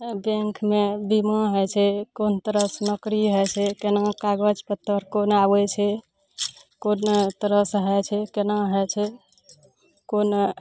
बैंकमे बीमा होइ छै कोन तरहसँ नौकरी होइ छै केना कागज पत्तर कोन आबय छै कोन तरहसँ होइ छै केना होइ छै कोन